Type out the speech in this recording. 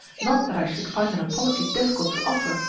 not that i should find an apology difficult to offer,